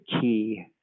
key